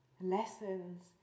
lessons